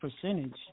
percentage